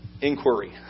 inquiry